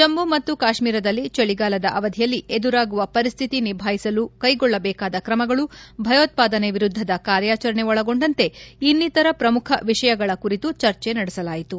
ಜಮ್ಮ ಮತ್ತು ಕಾಶ್ಮೀರದಲ್ಲಿ ಚಳಗಾಲದ ಅವಧಿಯಲ್ಲಿ ಎದುರಾಗುವ ಪರಿಸ್ಥಿತಿ ನಿಭಾಯಿಸಲು ಕೈಗೊಳ್ಳಬೇಕಾದ ಕ್ರಮಗಳು ಭಯೋತ್ಪಾದನೆ ವಿರುದ್ಧದ ಕಾರ್ಯಾಚರಣೆ ಒಳಗೊಂಡಂತೆ ಇನ್ನಿತರ ಪ್ರಮುಖ ವಿಷಯಗಳ ಕುರಿತು ಚರ್ಚೆ ನಡೆಸಲಾಯಿತು